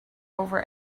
over